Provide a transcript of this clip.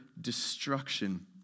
destruction